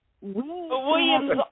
William's